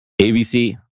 ABC